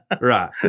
right